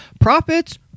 Profits